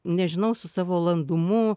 nežinau su savo landumu